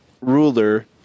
ruler